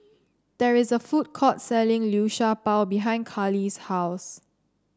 there is a food court selling Liu Sha Bao behind Karli's house